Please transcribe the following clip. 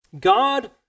God